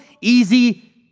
easy